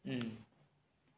mm